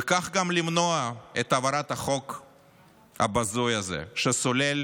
וכך גם למנוע את העברת החוק הבזוי הזה, שסולל